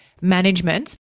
management